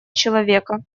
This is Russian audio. человека